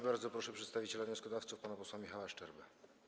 Bardzo proszę przedstawiciela wnioskodawców pana posła Michała Szczerbę.